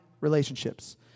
relationships